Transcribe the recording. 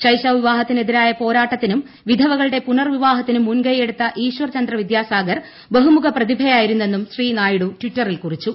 ശൈശവ വിവാഹത്തിനെതിരായ പോരാട്ടത്തിനും വിധവകളുടെ പുനർവിവാഹത്തിനും മുൻകൈയെടുത്ത ഈശ്വർ ചന്ദ്ര വിദ്യാസ്ഥാൾ ബഹുമുഖ പ്രതിഭയായിരുന്നുവെന്നും ശ്രീ നായിഡു ട്വിറ്ററിൽ കുറിച്ചു